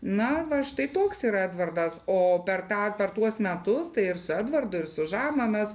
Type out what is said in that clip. na va štai toks yra edvardas o per tą per tuos metus tai ir su edvardu ir su žana mes